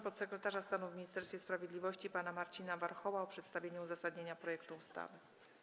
podsekretarza stanu w Ministerstwie Sprawiedliwości pana Marcina Warchoła o przedstawienie uzasadnienia projektu ustawy.